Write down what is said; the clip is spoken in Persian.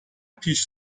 پیش